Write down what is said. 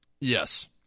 Yes